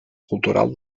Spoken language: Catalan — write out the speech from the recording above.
cultural